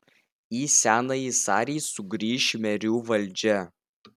į senąjį sarį sugrįš merių valdžia